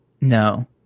No